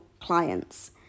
clients